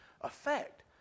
effect